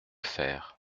faire